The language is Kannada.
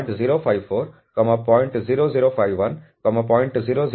0036 ಎಂದು ಯೋಜಿಸಲಾದ ಶ್ರೇಣಿಗಳು